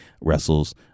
wrestles